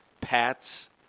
pats